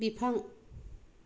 बिफां